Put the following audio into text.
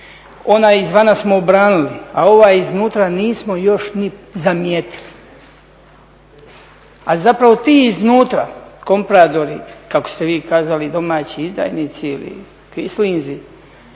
ona izvana smo obranili a ova iznutra nismo još ni zamijetili. A zapravo ti iznutra …/Govornik se ne razumije./… kako ste vi kazali domaci izdajnici ili kvislinzi